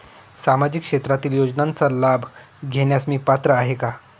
सामाजिक क्षेत्रातील योजनांचा लाभ घेण्यास मी पात्र आहे का?